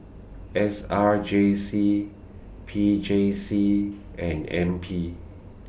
S R J C P J C and N P